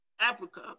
Africa